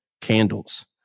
candles